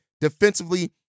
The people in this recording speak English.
defensively